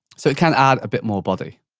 so, it can add a bit more body.